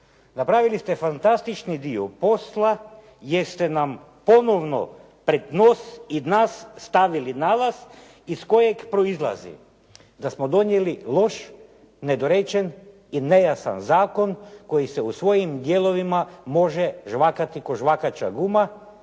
Napravili s te fantastični dio posla, jer ste nam ponovno pred nos i nas stavili nalaz iz kojeg proizlazi da smo donijeli loš, nedorečen i nejasan zakon koji se u svojim dijelovima može žvakati ko' žvakača guma,